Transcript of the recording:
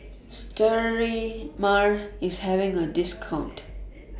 Sterimar IS having A discount